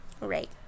right